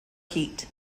heat